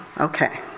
okay